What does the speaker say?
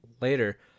later